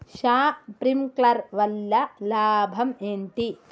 Sprinkler వల్ల లాభం ఏంటి?